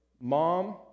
mom